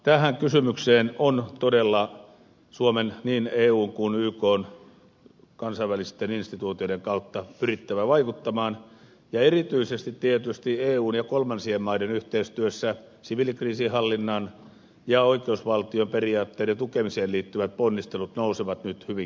tähän kysymykseen on todella suomen niin eun kuin ykn kansainvälisten instituutioiden kautta pyrittävä vaikuttamaan ja erityisesti tietysti eun ja kolmansien maiden yhteistyössä siviilikriisinhallinnan ja oikeusvaltion periaatteiden tukemiseen liittyvät ponnistelut nousevat nyt hyvin keskeisiksi